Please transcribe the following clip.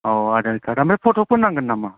औ आधार कार्ड ओमफ्राय फट'कफोर नांगोन नामा